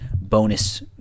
bonus